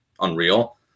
unreal